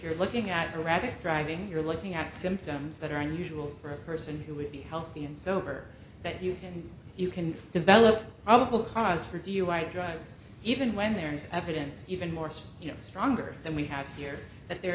you're looking at her addict driving you're looking at symptoms that are unusual for a person who would be healthy and sober that you can you can develop probable cause for dui drugs even when there is evidence even more so you know stronger than we have here that there